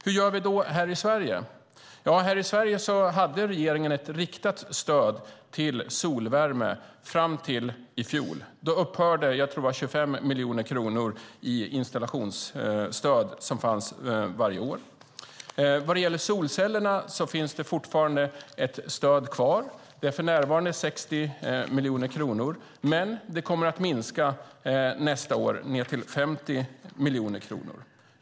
Hur gör vi då i Sverige? I Sverige hade regeringen fram till i fjol ett riktat stöd till solvärme. Då upphörde installationsstödet på jag tror att det var 25 miljoner kronor, som hade funnits varje år. När det gäller solcellerna finns fortfarande ett stöd. Det är för närvarande 60 miljoner kronor men kommer nästa år att minska till 50 miljoner kronor.